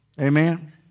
Amen